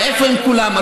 ואיפה הם כולם?